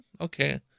okay